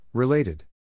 Related